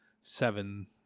seven